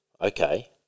Okay